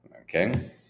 okay